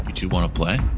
two want to play?